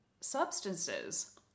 substances